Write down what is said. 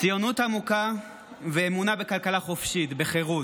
ציונות עמוקה ואמונה בכלכלה חופשית, בחירות.